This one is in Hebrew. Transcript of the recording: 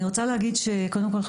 קודם כל,